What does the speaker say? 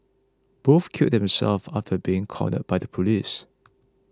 both killed themselves after being cornered by the police